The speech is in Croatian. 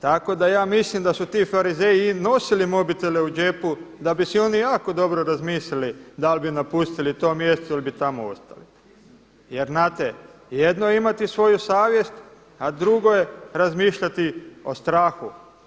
Tako da ja mislim da su ti farizeji nosili mobitele u džepu da bi si oni jako dobro razmislili dal bi napustili to mjesto ili bi tamo ostali jer znate jedno je imati svoju savjest, a drugo je razmišljati o strahu.